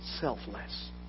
selfless